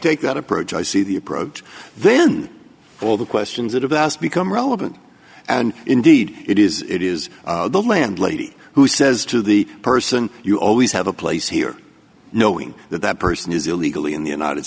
take that approach i see the approach then all the questions that have asked become relevant and indeed it is it is the landlady who says to the person you always have a place here knowing that that person is illegally in the united